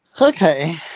Okay